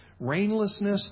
rainlessness